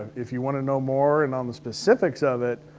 if you wanna know more and on the specifics of it,